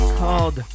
called